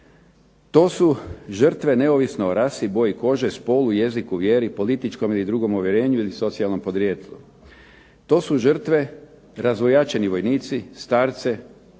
To su žrtve neovisno o rasi, boji kože, spolu, jeziku, vjeri, političkom ili drugom uvjerenju ili socijalnom podrijetlu. To su žrtve razvojačeni vojnici, starci,